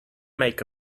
make